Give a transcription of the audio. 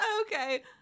okay